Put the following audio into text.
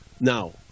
Now